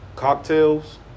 cocktails